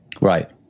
Right